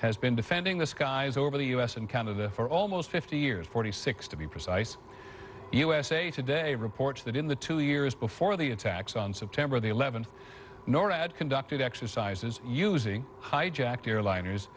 has been defending the skies over the u s and canada for almost fifty years forty six to be precise usa today reports that in the two years before the attacks on september the eleventh norad conducted exercises using hijacked airliners